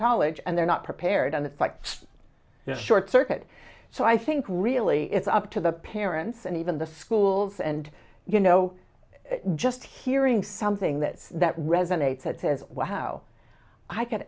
college and they're not prepared on the fights short circuit so i think really it's up to the parents and even the schools and you know just hearing something that that resonates and says wow i can